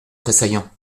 tressaillant